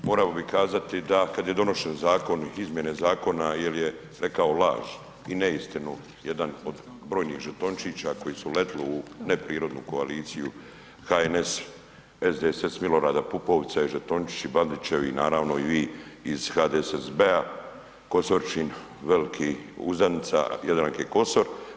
Morao bih kazati da, kad je donesen zakon, izmjene zakona jer je rekao laž i neistinu jedan od brojnih žetončića koji su uletili u neprirodnu koaliciju HNS, SDSS Milorada Pupovca i žetončići Bandićevi, i naravno i vi iz HDSSB-a Kosoričin velikih uzdanica, Jadranke Kosor.